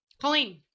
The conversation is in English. Colleen